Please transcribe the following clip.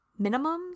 minimums